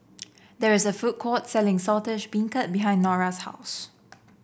there is a food court selling Saltish Beancurd behind Norah's house